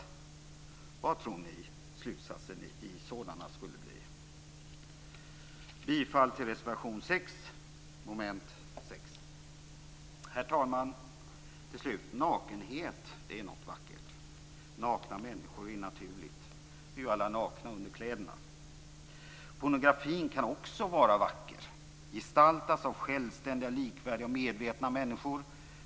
Vad tror ni att slutsatsen i sådana analyser skulle bli? Jag yrkar bifall till reservation 6 under mom. 6. Herr talman! Nakenhet är något vackert. Nakna människor är naturligt. Vi är alla nakna under kläderna. Pornografin kan också vara vacker. Den kan gestaltas av självständiga, likvärdiga och medvetna människor.